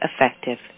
effective